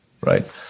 right